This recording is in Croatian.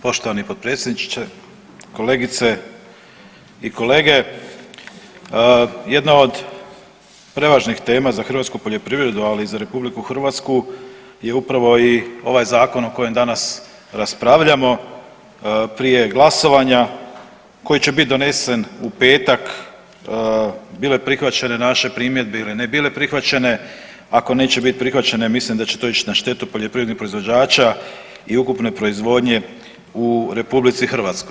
Poštovani potpredsjedniče, kolegice i kolege jedna od prevažnih tema za hrvatsku poljoprivredu, ali i za RH je upravo i ovaj zakon o kojem danas raspravljamo prije glasovanja koji će biti donesen u petak, bile prihvaćene naše primjedbe ili ne bile prihvaćene, ako neće biti prihvaćene mislim da će to ići na štetu poljoprivrednih proizvođača i ukupne proizvodnje u RH.